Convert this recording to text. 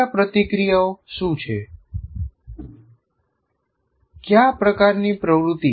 ક્રિયાપ્રતિક્રિયાઓ શું છે કયા પ્રકારની પ્રવૃત્તિ